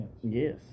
Yes